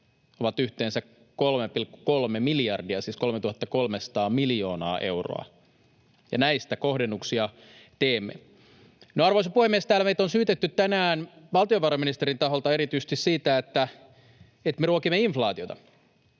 ovat yhteensä 3,3 miljardia, siis 3 300 miljoonaa euroa, ja näistä teemme kohdennuksia. Arvoisa puhemies! Täällä meitä on syytetty tänään valtiovarainministerin taholta erityisesti sitä, että me ruokimme inflaatiota.